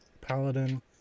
Paladin